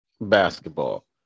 Basketball